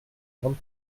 grande